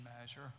measure